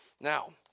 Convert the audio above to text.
Now